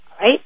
right